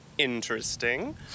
Interesting